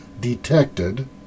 detected